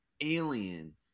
alien